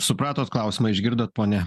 supratot klausimą išgirdot pone